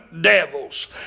devils